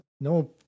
no